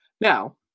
now